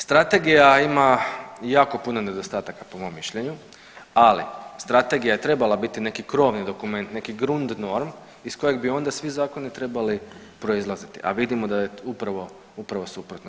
Strategija ima jako puno nedostatak po mom mišljenju, ali strategija je trebala biti neki krovni dokument, neki grundnorm iz kojeg bi onda svi zakoni trebali proizlaziti, a vidimo da je upravo suprotno.